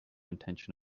intention